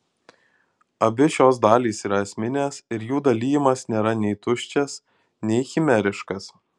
abi šios dalys yra esminės ir jų dalijimas nėra nei tuščias nei chimeriškas